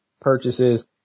purchases